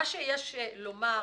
מה שיש לומר,